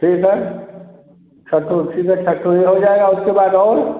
ठीक है तब तो ठीक है तब तो ये हो जाएगा उसके बाद और